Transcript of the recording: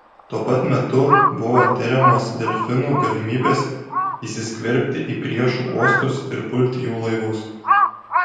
tuo pat metu buvo tiriamos delfinų galimybės įsiskverbti į priešų uostus ir pulti jų laivus